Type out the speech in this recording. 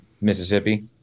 Mississippi